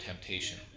temptation